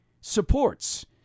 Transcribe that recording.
supports